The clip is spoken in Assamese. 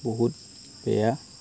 বহুত বেয়া